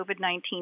COVID-19